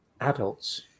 adults